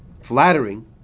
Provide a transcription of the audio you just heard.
flattering